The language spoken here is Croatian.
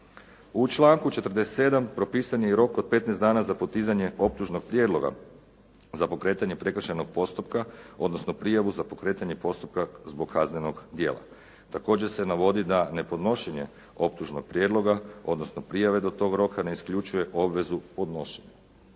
U članku 47. propisan je i rok od 15 dana za podizanje optužnog prijedloga, za pokretanje prekršajnog postupka, odnosno prijavu za pokretanje postupka zbog kaznenog djela. Također se navodi da nepodnošenje optužnog prijedloga, odnosno prijave do toga roka ne isključuje obvezu podnošenja.